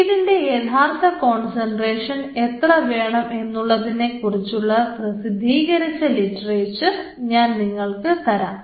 ഇതിൻറെ യഥാർത്ഥ കോൺസെൻട്രേഷൻ എത്ര വേണം എന്നുള്ളതിനെ കുറിച്ച് ഉള്ള പ്രസിദ്ധീകരിച്ച ലിറ്ററേച്ചർ ഞാൻ നിങ്ങൾക്ക് തരാം